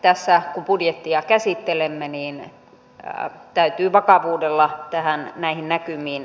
tässähän budjettia käsittelemme niin vähä täytyy vakavuudella tähän näihin näkymiin